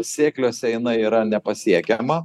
sėkliuose jinai yra nepasiekiama